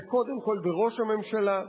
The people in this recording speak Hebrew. וקודם כול בראש הממשלה,